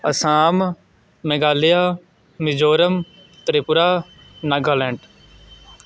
Assam Meghalaya Mizoram Tripura Nagaland